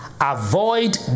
Avoid